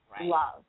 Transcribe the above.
love